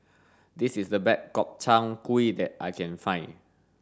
this is the best Gobchang gui that I can find